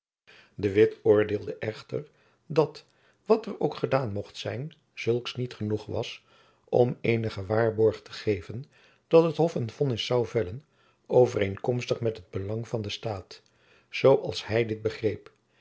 de witt oordeelde echter dat wat er ook gedaan mocht zijn zulks niet genoeg was om eenigen waarborg te geven dat het hof een vonnis zoû vellen overeenkomstig met het belang van den staat zoo als hy dit begreep